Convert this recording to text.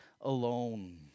alone